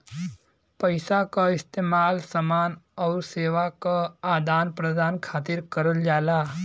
पइसा क इस्तेमाल समान आउर सेवा क आदान प्रदान खातिर करल जाला